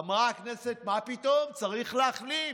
אמרה הכנסת: מה פתאום, צריך להחליף,